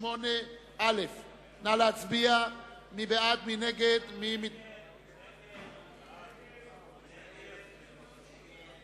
קבוצת סיעת מרצ, קבוצת סיעת חד"ש וקבוצת סיעת